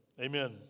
Amen